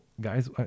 Guys